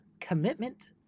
commitment